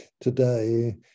today